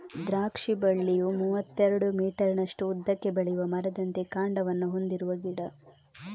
ದ್ರಾಕ್ಷಿ ಬಳ್ಳಿಯು ಮೂವತ್ತೆರಡು ಮೀಟರಿನಷ್ಟು ಉದ್ದಕ್ಕೆ ಬೆಳೆಯುವ ಮರದಂತೆ ಕಾಂಡವನ್ನ ಹೊಂದಿರುವ ಗಿಡ